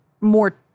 more